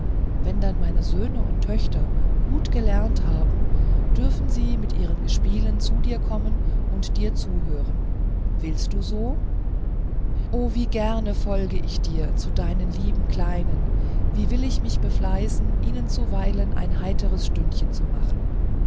wenn dann meine söhne und töchter gut gelernt haben dürfen sie mit ihren gespielen zu dir kommen und dir zuhören willst du so oh wie gerne folge ich dir zu deinen lieben kleinen wie will ich mich befleißen ihnen zuweilen ein heiteres stündchen zu machen